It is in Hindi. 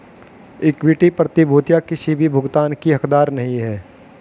इक्विटी प्रतिभूतियां किसी भी भुगतान की हकदार नहीं हैं